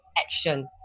action